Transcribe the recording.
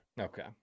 Okay